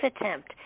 attempt